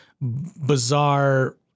bizarre –